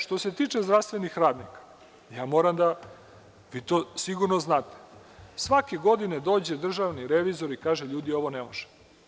Što se tiče zdravstvenih radnika, vi to sigurno znate, svake godine dođe državni revizor i kaže – ljudi, ovo ne može.